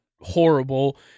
horrible